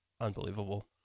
unbelievable